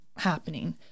happening